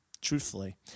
truthfully